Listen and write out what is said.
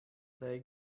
they